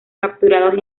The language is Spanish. capturados